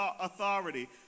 authority